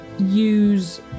use